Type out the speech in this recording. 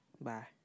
Bye